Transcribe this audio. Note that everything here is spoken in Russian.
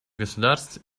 государств